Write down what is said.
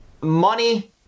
money